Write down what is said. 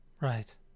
Right